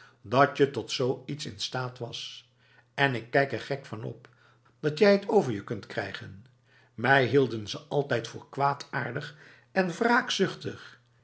openhartig datje tot zoiets in staat was en ik kijk er gek van op dat jij het over je kunt krijgen mij hielden ze altijd voor kwaadaardig en wraakzuchtig